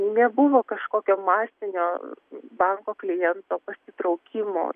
nebuvo kažkokio masinio banko kliento pasitraukimo